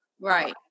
right